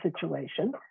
situation